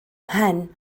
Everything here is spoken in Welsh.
mhen